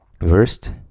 First